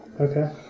Okay